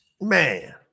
Man